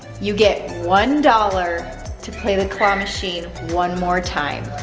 you get one dollar to play the claw machine one more time.